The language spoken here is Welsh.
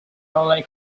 olau